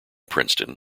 princeton